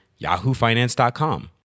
yahoofinance.com